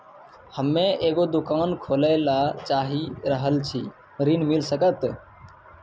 हम्मे एगो दुकान खोले ला चाही रहल छी ऋण मिल सकत?